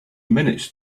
minutes